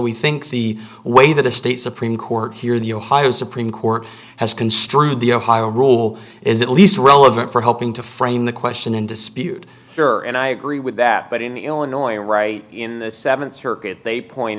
we think the way that a state supreme court here the ohio supreme court has construed the ohio rule is at least relevant for helping to frame the question in dispute here and i agree with that but in the illinois right in the th circuit they point